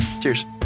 Cheers